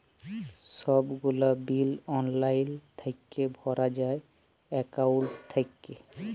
ছব গুলা বিল অললাইল থ্যাইকে ভরা যায় একাউল্ট থ্যাইকে